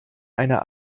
einer